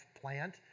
plant